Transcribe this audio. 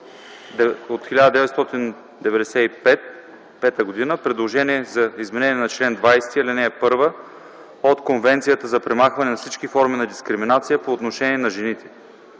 ”Предложение за изменение на чл. 20, ал. 1 от Конвенцията за премахване на всички форми на дискриминация по отношение на жените”.